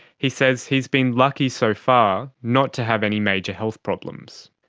he says he has been lucky so far not to have any major health problems.